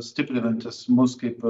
stiprinantis mus kaip